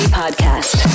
podcast